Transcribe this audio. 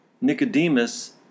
Nicodemus